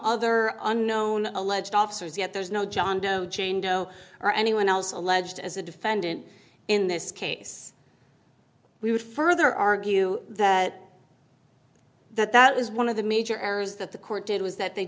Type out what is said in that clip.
other unknown alleged officers yet there's no john doe jane doe or anyone else alleged as a defendant in this case we would further argue that that that was one of the major errors that the court did was that they